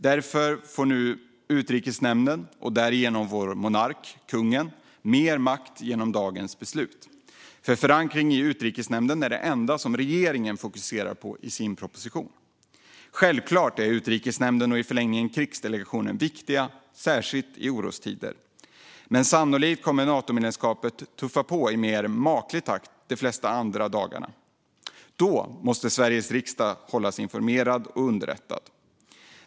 Därför får nu Utrikesnämnden och därigenom vår monark, kungen, mer makt genom dagens beslut, för förankringen i Utrikesnämnden är det enda som regeringen fokuserar på i sin proposition. Självklart är Utrikesnämnden och i förlängningen krigsdelegationen viktiga, särskilt i orostider, men sannolikt kommer Natomedlemskapet att tuffa på i mer maklig takt de flesta andra dagarna. Då måste Sveriges riksdag hållas informerad och underrättad.